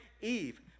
Eve